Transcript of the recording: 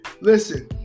Listen